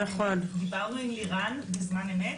דיברנו עם לירן בזמן אמת